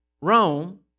Rome